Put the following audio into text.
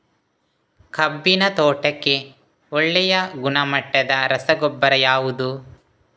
ಕಬ್ಬಿನ ತೋಟಕ್ಕೆ ಒಳ್ಳೆಯ ಗುಣಮಟ್ಟದ ರಸಗೊಬ್ಬರ ಯಾವುದು?